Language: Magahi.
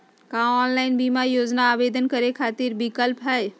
का ऑनलाइन बीमा योजना आवेदन करै खातिर विक्लप हई?